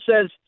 says